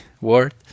word